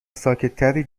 ساکتتری